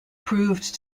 proved